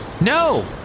No